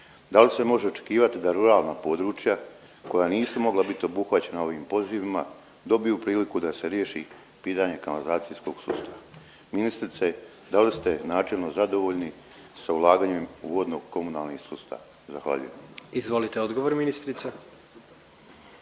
da li se može očekivati da ruralna područja koja nisu mogla bit obuhvaćena ovim pozivima dobiju priliku da se riješi pitanje kanalizacijskog sustava? Ministrice da li ste načelno zadovoljni sa ulaganjem u vodno-komunalni sustav? Zahvaljujem. **Jandroković, Gordan